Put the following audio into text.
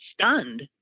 stunned